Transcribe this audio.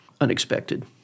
unexpected